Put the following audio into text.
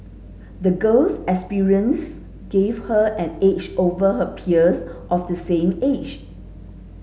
the girl's experience gave her an edge over her peers of the same age